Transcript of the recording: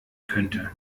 könnte